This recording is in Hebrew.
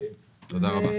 תודה רבה.